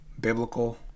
Biblical